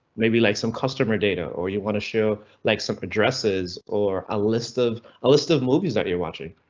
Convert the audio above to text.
maybe like some customer data or you wanna show like some addresses or a list of a list of movies that you're watching,